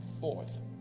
forth